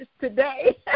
today